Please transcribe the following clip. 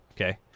Okay